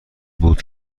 بود